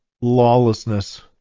lawlessness